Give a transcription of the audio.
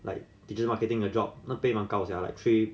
like digital marketing 的 job 那 pay 蛮高这样的 like three